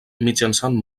mitjançant